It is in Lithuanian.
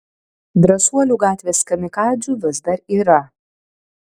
drąsuolių gatvės kamikadzių vis dar yra